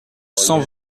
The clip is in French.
cent